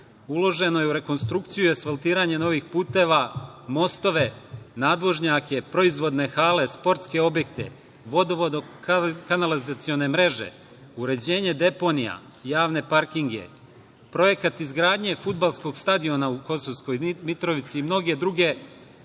uloženo je u rekonstrukciju i asfaltiranje novih puteva, mostove, nadvožnjake, proizvodne hale, sportske objekte, vodovod, kanalizacione mreže, uređenje deponija, javne parkinge, projekat izgradnje fudbalskog stadiona u Kosovskoj Mitrovici i mnoge druge